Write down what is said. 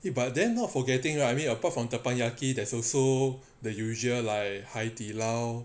!hey! but then not forgetting right I mean apart from teppanyaki there's also the usual like 海底捞